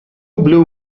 blue